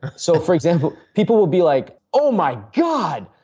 so, for example, people will be like oh my god,